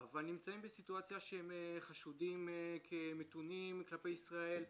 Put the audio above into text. אבל הם נמצאים בסיטואציה שהם חשודים כמתונים כלפי ישראל,